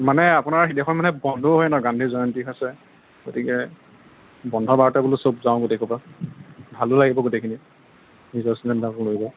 মানে আপোনাৰ সেইদিনাখন মানে বন্ধও হয় ন' গান্ধী জয়ন্তী আছে গতিকে বন্ধবাৰতে বোলো সব যাওঁ গোটেইসোপা ভালো লাগিব গোটেইখিনি নিজৰ ষ্টুডেণ্টবিলাককো লৈ গৈ